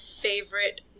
favorite